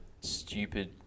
stupid